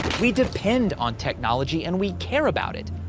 we depend on technology and we care about it.